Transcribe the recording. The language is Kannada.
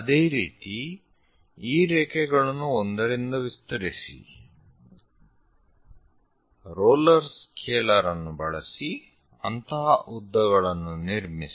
ಅದೇ ರೀತಿ ಈ ರೇಖೆಗಳನ್ನು 1 ರಿಂದ ವಿಸ್ತರಿಸಿ ರೋಲರ್ ಸ್ಕೇಲಾರ್ ಅನ್ನು ಬಳಸಿ ಅಂತಹ ಉದ್ದಗಳನ್ನು ನಿರ್ಮಿಸಿ